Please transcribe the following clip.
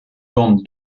bande